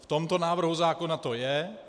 V tomto návrhu zákona to je.